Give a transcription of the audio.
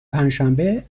پنجشنبه